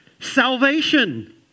salvation